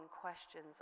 questions